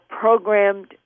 programmed